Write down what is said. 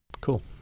Cool